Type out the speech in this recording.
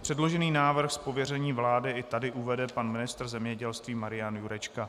Předložený návrh z pověření vlády i tady uvede pan ministr zemědělství Marian Jurečka.